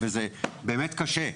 וזה באמת קשה,